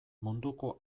munduko